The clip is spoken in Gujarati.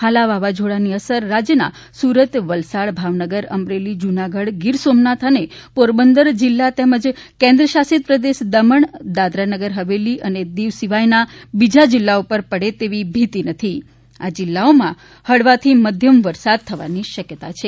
હાલ આ વાવાઝોડાની અસર રાજ્યના સુરત વલસાડ ભાવનગર અમરેલી જૂનાગઢ ગીર સોમનાથ અને પોરબંદર જિલ્લા તેમજ કેન્દ્ર શાસિત પ્રદેશ દમણ દાદારાનગર હવેલી અને દીવ સિવાયના બીજા જિલ્લાઓ પર પડે તેવી ભીતિ નથી આ જિલ્લાઓમાં હળવાથી મધ્યમ વરસાદ થવાની શકયતા છે